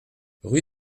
rue